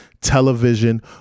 television